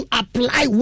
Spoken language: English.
apply